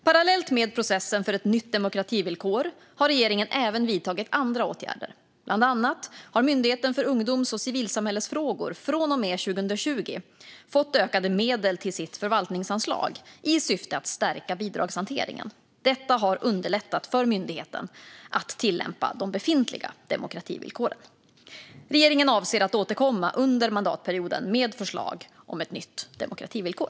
Parallellt med processen för ett nytt demokrativillkor har regeringen även vidtagit andra åtgärder. Bland annat har Myndigheten för ungdoms och civilsamhällesfrågor från och med 2020 fått ökade medel till sitt förvaltningsanslag i syfte att stärka bidragshanteringen. Detta har underlättat för myndigheten att tillämpa de befintliga demokrativillkoren. Regeringen avser att återkomma under mandatperioden med förslag om ett nytt demokrativillkor.